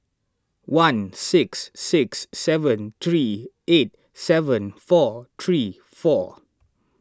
one six six seven three eight seven four three four